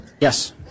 Yes